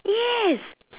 yes